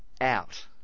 out